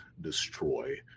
destroy